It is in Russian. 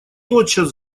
тотчас